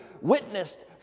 witnessed